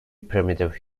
primitive